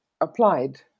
applied